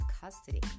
custody